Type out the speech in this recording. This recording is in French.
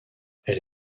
elle